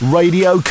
Radio